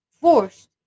forced